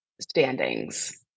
standings